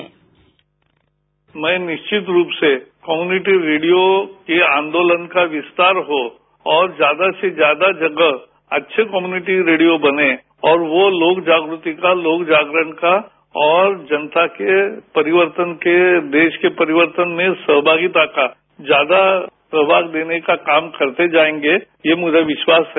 sound bite मैं निश्चित रूप से कम्यूनिटी रेडियो के आंदोलन का विस्तार हो और ज्यादा से ज्यादा जगह अच्छे कम्यूनिटी रेडियो बने और वो लोक जागृति का लोक जागरण का और जनता के परिवर्तन के देश के परिवर्तन के सहभागिता का ज्यादा प्रभाग देने का काम करते जायेंगे यह मुझे विश्वास है